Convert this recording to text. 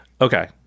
Okay